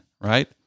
right